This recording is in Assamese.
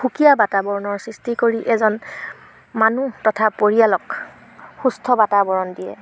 সুকীয়া বাতাবৰণৰ সৃষ্টি কৰি এজন মানুহ তথা পৰিয়ালক সুস্থ বাতাৱৰণ দিয়ে